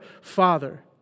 Father